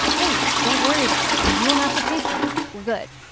hey, don't worry about it you don't have to pay for now. we're good.